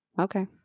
Okay